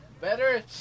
Better